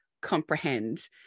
comprehend